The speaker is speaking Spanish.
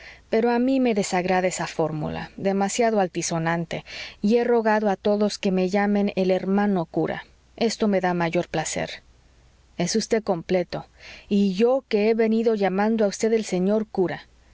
pero a mí me desagrada esa fórmula demasiado altisonante y he rogado a todos que me llamen el hermano cura esto me da mayor placer es vd completo y yo que he venido llamando a vd el señor cura